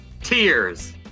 Tears